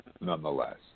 nonetheless